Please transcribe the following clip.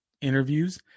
interviews